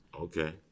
Okay